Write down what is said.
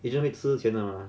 agent 会吃钱的 mah